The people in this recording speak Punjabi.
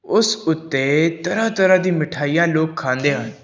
ਉਸ ਉੱਤੇ ਤਰ੍ਹਾਂ ਤਰ੍ਹਾਂ ਦੀ ਮਿਠਾਈਆ ਲੋਕ ਖਾਂਦੇ ਹਨ